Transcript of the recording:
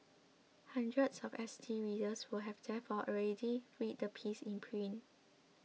hundreds of S T readers would have therefore already read the piece in print